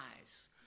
eyes